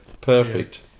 perfect